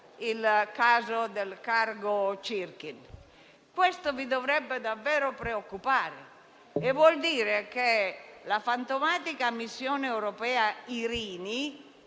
il caso del cargo Cirkin. Questo vi dovrebbe davvero preoccupare e vuol dire che la fantomatica missione europea Irini